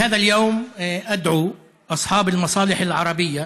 (אומר דברים בשפה הערבית,